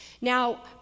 Now